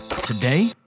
today